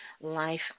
life